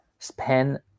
Spend